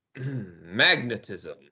magnetism